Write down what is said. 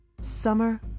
Summer